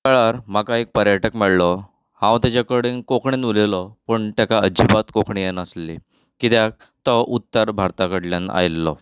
खूब काळार म्हाका एक पर्यटक मेळ्ळो हांव ताजे कडेन कोंकणीन उलयलो पूण तेका अजिबात कोंकणी येनासली कित्याक तो उत्तर भारता कडल्यान आयिल्लो